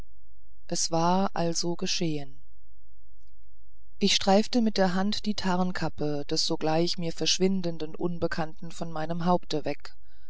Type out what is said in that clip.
es war also geschehen ich streifte mit der hand die tarnkappe des sogleich mir verschwindenden unbekannten von meinem haupte